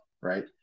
right